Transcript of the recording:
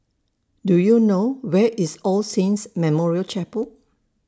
Do YOU know Where IS All Saints Memorial Chapel